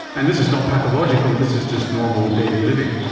and this is not pathological, this is just normal daily living.